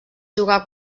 jugà